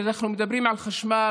כשאנחנו מדברים על חשמל,